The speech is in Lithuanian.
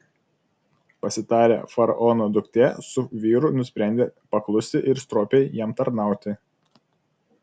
pasitarę faraono duktė su vyru nusprendė paklusti ir stropiai jam tarnauti